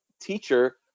teacher